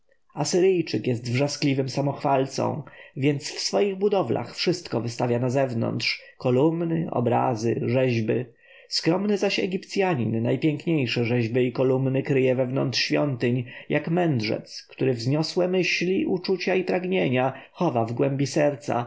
asyryjczyk jest wrzaskliwym samochwalcą więc w swoich budowlach wszystko wystawia nazewnątrz kolumny obrazy i rzeźby skromny zaś egipcjanin najpiękniejsze rzeźby i kolumny kryje wewnątrz świątyń jak mędrzec który wzniosłe myśli uczucia i pragnienia chowa w głębi serca